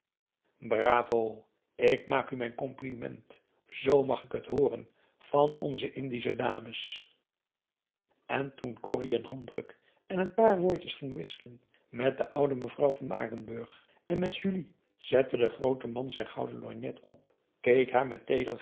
bravo ik maak u mijn compliment zoo mag ik het hooren van onze indische dames en toen corrie een handdruk en n paar woordjes ging wisselen met de oude mevrouw van aardenburg en met julie zette de groote man zijn gouden lorgnet op keek haar